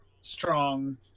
strong